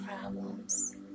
problems